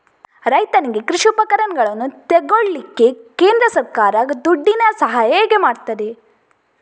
ರೈತನಿಗೆ ಕೃಷಿ ಉಪಕರಣಗಳನ್ನು ತೆಗೊಳ್ಳಿಕ್ಕೆ ಕೇಂದ್ರ ಸರ್ಕಾರ ದುಡ್ಡಿನ ಸಹಾಯ ಹೇಗೆ ಮಾಡ್ತದೆ?